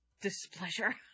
displeasure